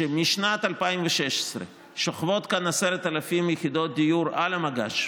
שמשנת 2016 שוכבות כאן 10,000 יחידות דיור על המגש,